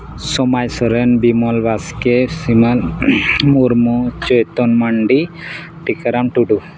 Somai Soren Bimal Baske Sriman Murmu Chaitan Mandi Tikaram Tudu